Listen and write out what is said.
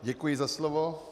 Děkuji za slovo.